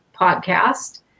podcast